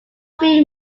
few